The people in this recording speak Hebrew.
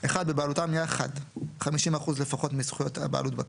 (1) בבעלותם יחד 50% לפחות מזכויות הבעלות בקרקע,